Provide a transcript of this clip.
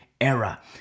era